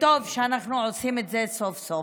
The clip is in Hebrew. טוב שאנחנו עושים את זה סוף-סוף.